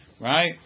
right